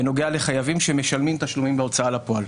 בנוגע לחייבים שמשלמים תשלומים להוצאה לפועל.